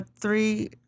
three